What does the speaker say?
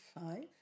five